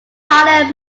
tyler